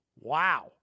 Wow